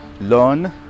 Learn